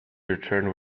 returned